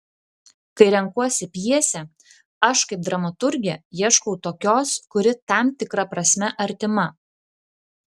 kai renkuosi pjesę aš kaip dramaturgė ieškau tokios kuri tam tikra prasme artima